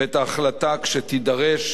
תקבל ממשלת ישראל,